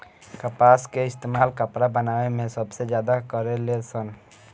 कपास के इस्तेमाल कपड़ा बनावे मे सबसे ज्यादा करे लेन सन